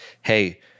hey